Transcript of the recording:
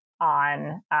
on